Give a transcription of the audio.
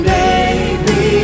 baby